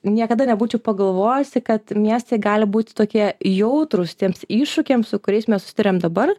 niekada nebūčiau pagalvojusi kad miestai gali būti tokie jautrūs tiems iššūkiams su kuriais mes susiduriam dabar